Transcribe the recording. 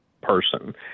person